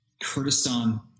Kurdistan